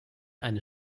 eine